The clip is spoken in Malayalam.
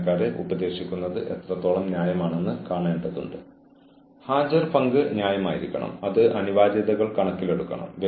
ജീവനക്കാരൻ ലംഘിച്ച നിയമം സുരക്ഷിതവും കാര്യക്ഷമവുമായ പ്രവർത്തനങ്ങളുമായി ന്യായമായും ബന്ധപ്പെട്ടിരുന്നു